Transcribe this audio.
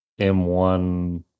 M1